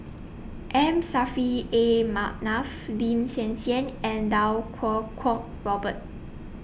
M Saffri A Manaf Lin Hsin Hsin and Iau Kuo Kwong Robert